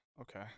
okay